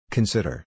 Consider